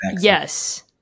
yes